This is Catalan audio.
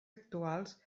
actuals